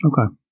Okay